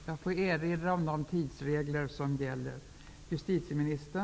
Jag erinrar om de tidsregler som gäller.